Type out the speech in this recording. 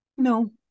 No